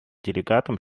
делегатам